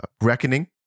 reckoning